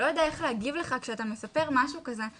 לא יודע איך להגיב לך כשאתה מספר משהו כזה,